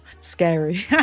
scary